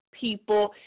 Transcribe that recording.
people